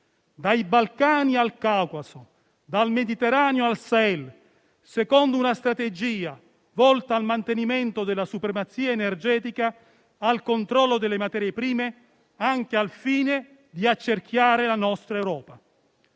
dai Balcani al Caucaso, dal Mediterraneo al Sahel, secondo una strategia volta al mantenimento della supremazia energetica, al controllo delle materie prime, anche al fine di accerchiare la nostra Europa.